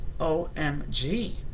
OMG